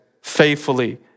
faithfully